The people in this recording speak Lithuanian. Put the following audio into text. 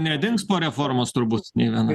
nedings po reformos turbūt nė viena